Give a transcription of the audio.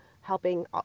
helping